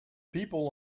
people